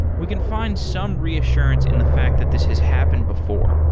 we can find some reassurance in the fact that this has happened before.